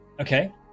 Okay